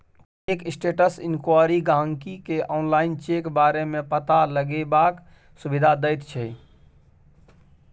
cheque status enquiry गाहिंकी केँ online check बारे मे पता लगेबाक सुविधा दैत छै